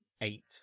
Eight